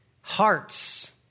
hearts